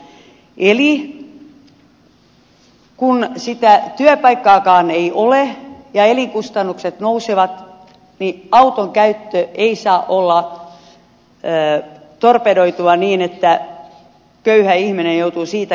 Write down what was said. eli kun sitä työpaikkaakaan ei ole ja elinkustannukset nousevat auton käyttö ei saa olla torpedoitua niin että köyhä ihminen joutuu siitäkin luopumaan